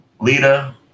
Lita